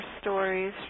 stories